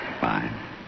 Fine